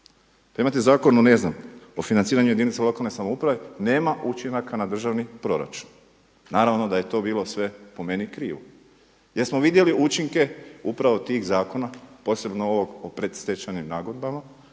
Pa imate zakon, ne znam, o financiranju jedinica lokalne samouprave nema učinaka na državni proračun. Naravno da je to bilo sve po meni krivo jer smo vidjeli učinke upravo tih zakona, posebno ovog o predstečajnim nagodbama